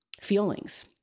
feelings